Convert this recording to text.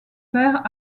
père